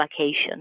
vacation